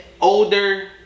older